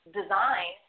design